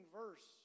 verse